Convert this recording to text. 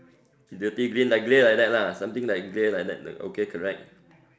dirty green like grey like that lah something like grey like that okay correct